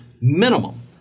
Minimum